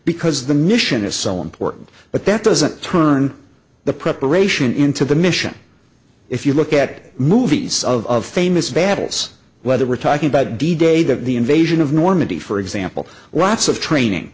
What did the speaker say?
because the mission is so important but that doesn't turn the preparation into the mission if you look at movies of famous battles whether we're talking about d day that the invasion of normandy for example lots of training